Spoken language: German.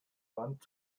band